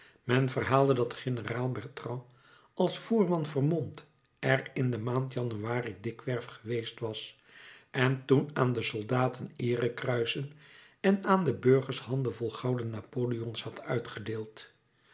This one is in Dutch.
men verhaalde dat generaal bertrand als voerman vermomd er in de maand januari dikwerf geweest was en toen aan de soldaten eerekruisen en aan de burgers handen vol gouden napoleons had uitgedeeld